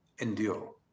endure